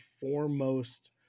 foremost